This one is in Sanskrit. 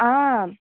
आम्